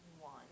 one